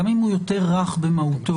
גם אם הוא יותר רך במהות,